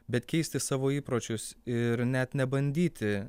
bet keisti savo įpročius ir net nebandyti